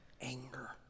anger